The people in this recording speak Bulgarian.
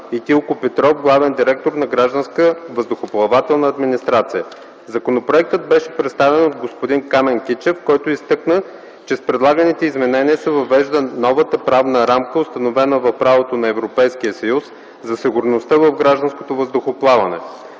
и Тилко Петров – главен директор на Гражданска въздухоплавателна администрация. Законопроектът беше представен от господин Камен Кичев, който изтъкна, че с предлаганите изменения се въвежда новата правна рамка, установена в правото на Европейския съюз за сигурността в гражданското въздухоплаване.